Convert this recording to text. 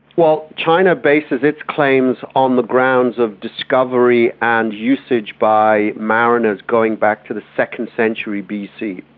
well, china bases its claims on the grounds of discovery and usage by mariners going back to the second century bc.